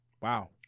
wow